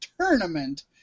tournament